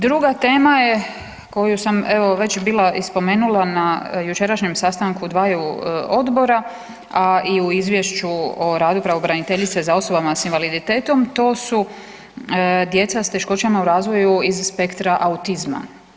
Druga tema je koju sam evo već bila i spomenula na jučerašnjem sastanku dvaju odbora, a i u Izvješću o radu pravobraniteljice za osobe s invaliditetom to su djeca s teškoćama u razvoju iz spektra autizma.